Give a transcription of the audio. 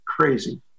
crazy